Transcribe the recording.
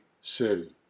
City